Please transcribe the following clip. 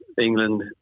England